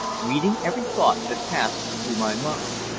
reading every thought that passed through my mind.